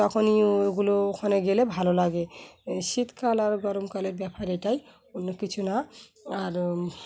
তখনই ওগুলো ওখানে গেলে ভালো লাগে শীতকাল আর গরমকালের ব্যাপার এটাই অন্য কিছু না আর